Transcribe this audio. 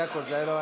זה הכול.